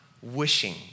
Wishing